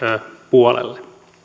puolella